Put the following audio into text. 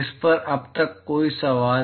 इस पर अब तक कोई सवाल